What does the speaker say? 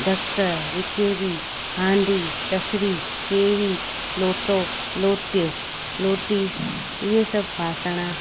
ढकु रिकेबी हांडी तसिरी केवी लोटो लोटीअ लोटी इहे सभु ॿासण